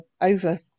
over